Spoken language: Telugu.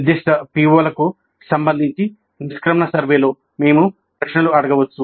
నిర్దిష్ట పిఒలకు సంబంధించి నిష్క్రమణ సర్వేలో మేము ప్రశ్నలు అడగవచ్చు